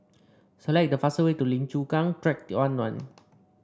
select the fastest way to Lim Chu Kang Track one one